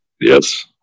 yes